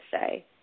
say